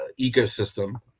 ecosystem